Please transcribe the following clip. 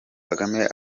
kagame